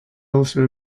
also